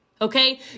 okay